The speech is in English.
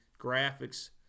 graphics